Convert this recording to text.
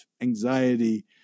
anxiety